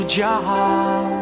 job